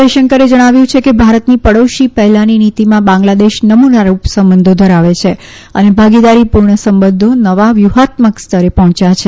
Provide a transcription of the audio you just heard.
જયશંકરે જણાવ્યું છે કે ભારતની પડોશી પહેલોથી નીતિમાં બાંગ્લાદેશ નમૂનારૂપ સંબંધો ધરાવે છે અને ભાગીદારીપૂર્ણ સંબંધો નવા વ્યૂહાત્મક સ્તરે પહોંચ્યા છે